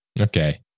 Okay